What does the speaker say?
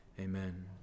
Amen